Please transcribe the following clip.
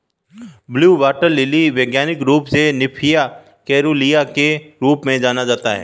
blue water lily वैज्ञानिक रूप से निम्फिया केरूलिया के रूप में जाना जाता है